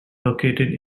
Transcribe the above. located